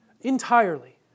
entirely